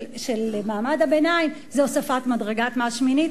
מעמד הביניים זה הוספת מדרגת מס שמינית.